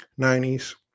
90s